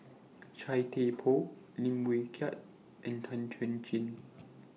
Chia Thye Poh Lim Wee Kiak and Tan Chuan Jin